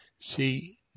See